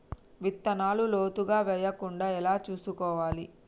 విత్తనాలు లోతుగా వెయ్యకుండా ఎలా చూసుకోవాలి?